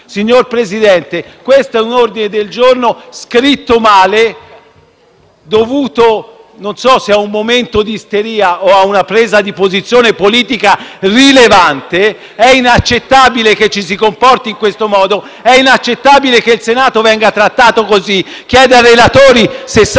Signor Presidente, quello in esame è un ordine del giorno scritto male, dovuto non so se ad un momento di isteria o ad una presa di posizione politica rilevante. È inaccettabile che ci si comporti in questo modo ed è inaccettabile che il Senato venga trattato così. MALLEGNI *(FI-BP)*. Leggilo!